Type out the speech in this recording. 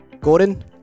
Gordon